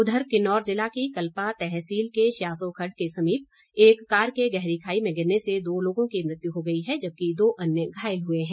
उधर किन्नौर जिला की कल्पा तहसील के शयासो खड्ड के समीप एक कार के गहरी खाई में गिरने से दो लोगों की मृत्यु हो गई है जबकि दो अन्य घायल हुए हैं